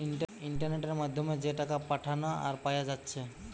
ইন্টারনেটের মাধ্যমে যে টাকা পাঠানা আর পায়া যাচ্ছে